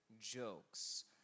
jokes